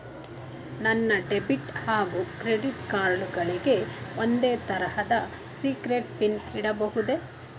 ನನ್ನ ಡೆಬಿಟ್ ಹಾಗೂ credit card ಗಳಿಗೆ ಒಂದೇ ತರಹದ ಸೀಕ್ರೇಟ್ ಪಿನ್ ಇಡಬಹುದೇ?